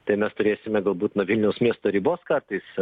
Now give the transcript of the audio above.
tai mes turėsime galbūt nuo vilniaus miesto ribos kartais